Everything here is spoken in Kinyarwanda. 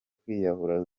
kwiyahura